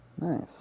Nice